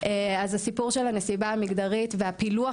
אז הסיפור של הנסיבה המגדרית והפילוח